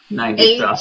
eight